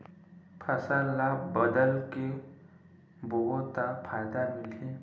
फसल ल बदल के बोबो त फ़ायदा मिलही?